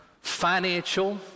financial